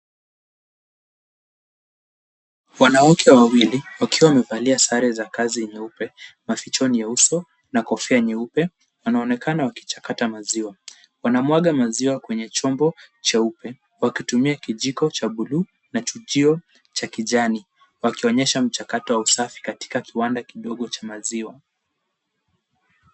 Wanawake wawili wakiwa wamevalia sare za kazi nyeupe, maficho yenye uso na kofia nyeupe wanaonekana wakichakata maziwa. Wanamwaga maziwa kwenye chombo cheupe wakitumia kijiko cha bluu na chujio cha kijani wakionyesha mchakato wa usafi katika kiwanda kidogo cha maziwa.